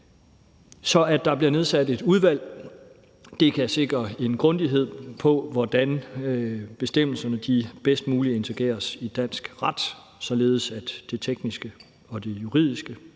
at der bliver nedsat et udvalg, kan sikre en grundighed, i forhold til hvordan bestemmelserne bedst muligt integreres i dansk ret, således at det tekniske og juridiske